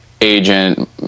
agent